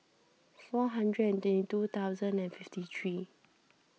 four thousand and twenty two thousand and fifty three